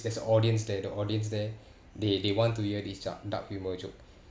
there's a audience there the audience there they they want to hear this da~ dark humour joke